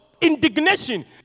indignation